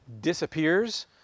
disappears